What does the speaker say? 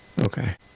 Okay